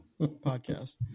podcast